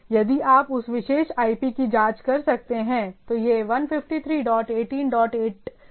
यदि आप उस विशेष IP की जांच कर सकते हैं तो यह 153 डॉट 18 डॉट 8 डॉट 105 है